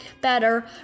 better